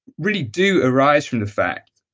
really do arise from the fact.